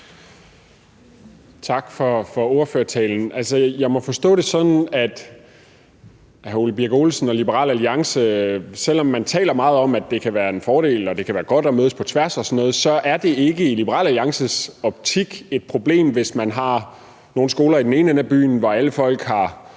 hr. Ole Birk Olesen og Liberal Alliance. Selv om man taler meget om, at det kan være en fordel og godt at mødes på tværs og sådan noget, så er det ikke i Liberal Alliances optik et problem, hvis man har nogle skoler i den ene ende af byen, hvor alle folk har